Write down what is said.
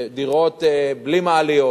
בדירות בלי מעליות,